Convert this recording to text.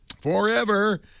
Forever